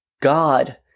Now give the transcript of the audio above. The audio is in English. God